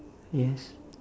yes